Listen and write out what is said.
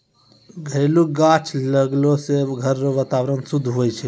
घरेलू गाछ लगैलो से घर रो वातावरण शुद्ध हुवै छै